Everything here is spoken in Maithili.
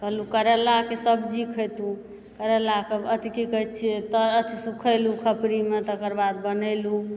कहलहुॅं करैला कऽ सब्जी खैतहुॅं करैला अथि कि कहै छियै अथि सुखेलहुॅं खपड़ि मे तकरबाद बनेलहुॅं